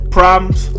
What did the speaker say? Problems